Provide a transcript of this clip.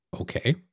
Okay